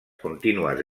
contínues